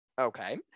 Okay